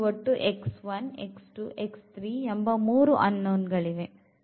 ಇಲ್ಲಿ ಒಟ್ಟು ಎಂಬ ಮೂರು unknown ಗಳಿವೆ